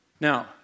Now